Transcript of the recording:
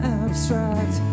abstract